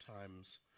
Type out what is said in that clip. times